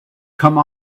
come